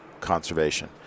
conservation